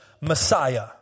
Messiah